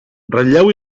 ratlleu